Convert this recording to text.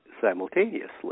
simultaneously